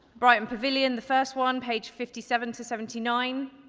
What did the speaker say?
brighton pavilion the first one, page fifty seven to seventy nine,